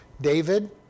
David